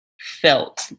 felt